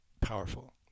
powerful